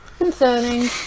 concerning